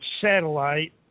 satellite